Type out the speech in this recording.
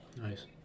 Nice